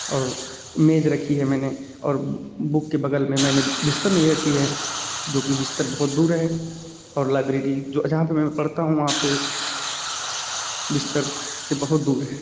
और मेज रखी है मैंने और बुक के बगल में मैंने बिस्तर नहीं रखी है जो कि बिस्तर बहुत दूर है और लाइब्रेरी भी जो जहाँ पे मैं पढ़ता हूँ वहाँ पे बिस्तर से बहुत दूर है